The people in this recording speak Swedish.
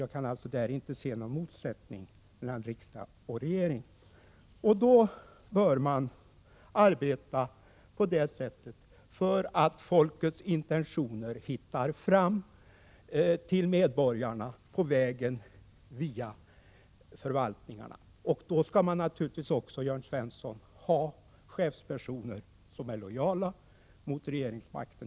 Jag kan alltså inte se någon motsättning mellan riksdag och regering. Då bör man arbeta så att folkets intentioner hittar fram till medborgarna via statsförvaltningen. Man skall naturligtvis också, Jörn Svensson, ha chefspersoner som är lojala mot regeringsmakten.